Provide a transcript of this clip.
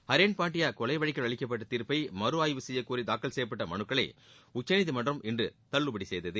ஹரேன் பாண்டியா கொலை வழக்கில் அளிக்கப்பட்ட தீர்ப்பை மறு ஆய்வு செய்யக்கோரி தாக்கல் செய்யப்பட்ட மனுக்களை உச்சநீதிமன்றம் இன்று தள்ளுபடி செய்தது